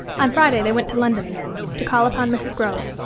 on friday they went to london again, to call upon mrs. grove.